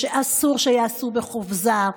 שאסור שייעשו בחופזה.